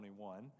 21